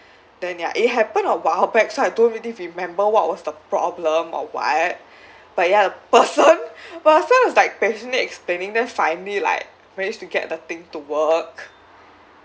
then ya it happened a while back so I don't really remember what was the problem or what but ya the person person was like patiently explaining then finally like managed to get the thing to work